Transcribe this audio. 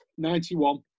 91